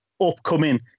upcoming